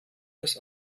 das